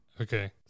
Okay